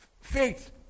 Faith